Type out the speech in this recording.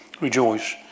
Rejoice